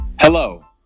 Hello